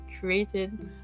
created